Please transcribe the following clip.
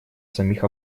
самих